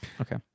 Okay